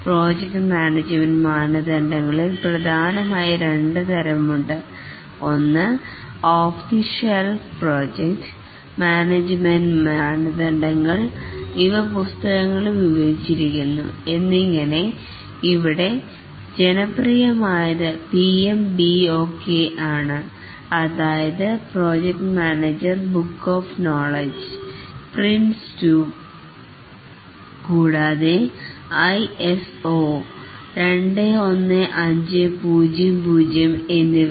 project management മാനദണ്ഡങ്ങളിൽ പ്രധാനമായി രണ്ട് തരം ഉണ്ട് ഒന്ന് off the shelf project management മാനദണ്ഡങ്ങൾ ഇവ പുസ്തകങ്ങളിൽ വിവരിച്ചിരിക്കുന്നു എന്നിങ്ങനെ ഇവിടെ ജനപ്രിയമായത് PMBOK ആണ് അതായത് project manager book of knowledge PRINCE2 കൂടാതെ ഐ എസ് ഓ 21500 എന്നിവയും